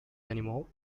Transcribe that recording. anymore